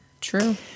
True